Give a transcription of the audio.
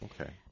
okay